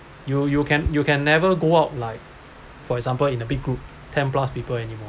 you you can you can never go out like for example in a big group ten plus people anymore